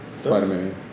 Spider-Man